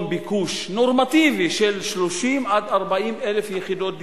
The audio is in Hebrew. ביקוש נורמטיבי של 30,000 40,000 יחידות דיור,